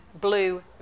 blue